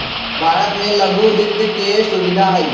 भारत में लघु वित्त के सुविधा हई